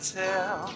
tell